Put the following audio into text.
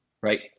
right